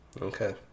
Okay